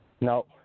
No